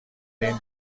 این